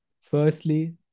Firstly